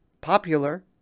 popular